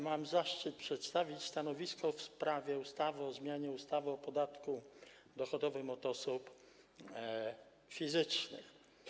Mam zaszczyt przedstawić stanowisko w sprawie ustawy o zmianie ustawy o podatku dochodowym od osób fizycznych.